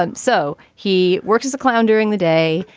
um so he worked as a clown during the day.